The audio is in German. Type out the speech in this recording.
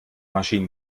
maschinen